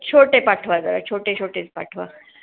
छोटे पाठवा जरा छोटे छोटेच पाठवा